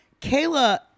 Kayla